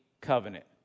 covenant